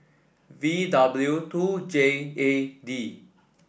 V W two J A D